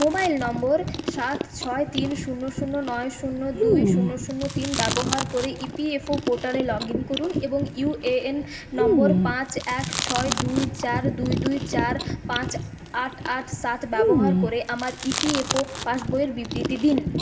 mobile number সাত ছয় তিন শূন্য শূন্য নয় শূন্য দুই শূন্য শূন্য তিন ব্যবহার করে ইপিএফও পোর্টালে লগ ইন করুন এবং ইউএএন নম্বর পাঁচ এক ছয় দুই চার দুই দুই চার পাঁচ আট আট সাত ব্যবহার করে আমার ইপিএফও পাসবইয়ের বিবৃতি দিন